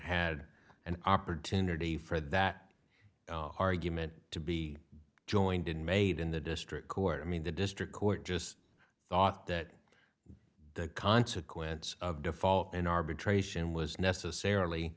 had an opportunity for that argument to be joined in made in the district court i mean the district court just thought that the consequence of default in arbitration was necessarily